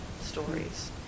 stories